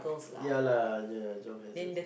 ya lah the jon hazards lah